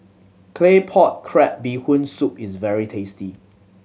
Claypot Crab Bee Hoon Soup is very tasty